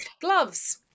gloves